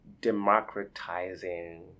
democratizing